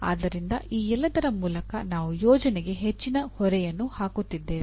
ಆದ್ದರಿಂದ ಈ ಎಲ್ಲದರ ಮೂಲಕ ನಾವು ಯೋಜನೆಗೆ ಹೆಚ್ಚಿನ ಹೊರೆಯನ್ನು ಹಾಕುತ್ತಿದ್ದೇವೆ